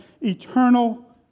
eternal